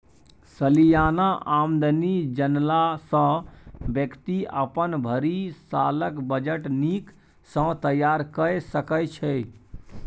सलियाना आमदनी जनला सँ बेकती अपन भरि सालक बजट नीक सँ तैयार कए सकै छै